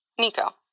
Nico